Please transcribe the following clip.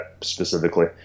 specifically